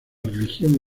religión